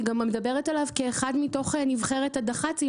היא גם מדברת עליו כאחד מתוך נבחרת הדח"צים,